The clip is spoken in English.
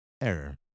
Error